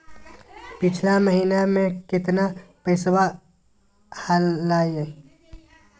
पिछला महीना मे कतना पैसवा हलय?